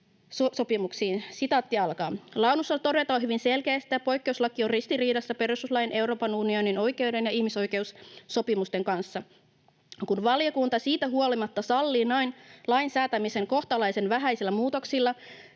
”Lausunnossa todetaan hyvin selvästi, että poikkeuslaki on ristiriidassa perustuslain, Euroopan unionin oikeuden ja ihmisoikeussopimusten kanssa. Kun valiokunta siitä huolimatta sallii lain säätämisen kohtalaisen vähäisillä muutoksilla,